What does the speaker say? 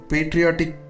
Patriotic